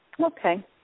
Okay